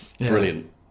brilliant